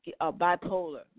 bipolar